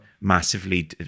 massively